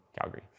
Calgary